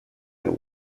and